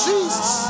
Jesus